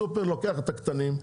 הסופר לוקח את הקטנים,